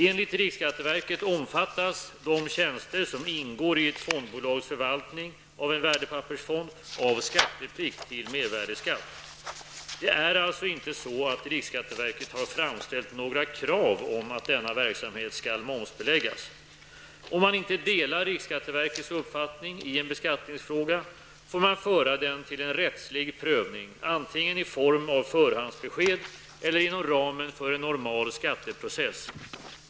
Enligt riksskatteverket omfattas de tjänster som ingår i ett fondbolags förvaltning av en värdepappersfond av skatteplikt till mervärdeskatt. Det är alltså inte så att riksskatteverket har framställt några krav om att denna verksamhet skall momsbeläggas. Om man inte delar riksskatteverkets uppfattning i en beskattningsfråga, får man föra den till en rättslig prövning, antingen i form av förhandsbesked eller inom ramen för en normal skatteprocess.